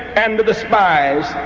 and the despised.